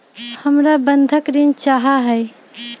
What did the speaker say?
हमरा बंधक ऋण चाहा हई